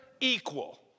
equal